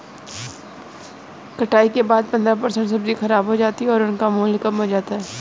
कटाई के बाद पंद्रह परसेंट सब्जी खराब हो जाती है और उनका मूल्य कम हो जाता है